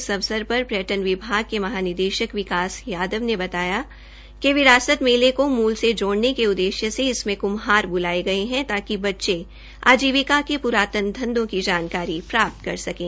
इस अवसर पर पर्यटन विभा के महानिदेशक विकास यादव ने बताया कि विरासत मेले को मूल से जोड़ने के उद्देश्य से इसमें कुम्हार बुलाए गए हैं ताकि बच्चे आजीविका के पुरातन धंधों की जानकारी प्राप्त कर सकें